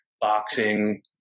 boxing